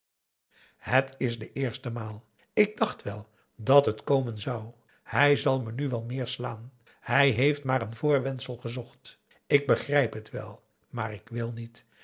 het is de eerste maal ik dacht wel dat het komen zou hij zal me nu wel meer slaan hij heeft maar een voorwendsel gezocht ik begrijp het wel maar ik wil niet